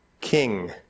king